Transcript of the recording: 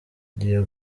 ngiye